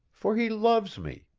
for he loves me.